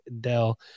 Dell